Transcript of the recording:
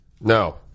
No